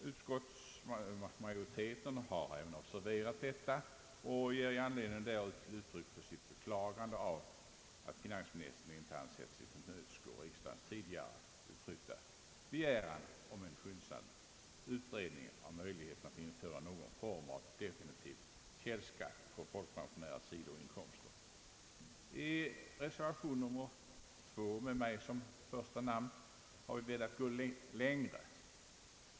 Utskottsmajoriteten har även observerat detta och vill i anledning därav ge uttryck för sitt beklagande av att finansministern inte ansett sig kunna tillmötesgå riksdagens tidigare begäran om skyndsam utredning av möjligheten att införa någon form av definitiv källskatt för folkpensionärers sidoinkomster. I reservation 2, där mitt namn står först, har vi velat gå längre.